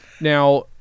Now